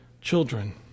children